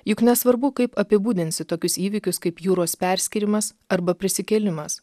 juk nesvarbu kaip apibūdinsi tokius įvykius kaip jūros perskyrimas arba prisikėlimas